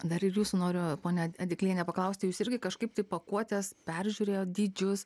dar ir jūsų noriu ponia adikliene paklausti jūs irgi kažkaip tai pakuotės peržiūrėjot dydžius